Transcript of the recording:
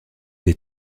des